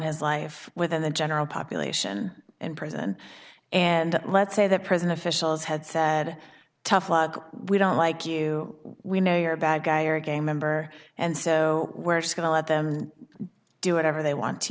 his life within the general population in prison and let's say that prison officials had said tough luck we don't like you we know you're a bad guy or a gay member and so we're just going to let them do whatever they want to